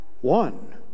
One